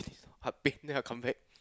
heart pain ah come back